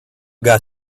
got